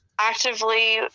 actively